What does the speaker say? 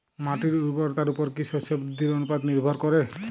মাটির উর্বরতার উপর কী শস্য বৃদ্ধির অনুপাত নির্ভর করে?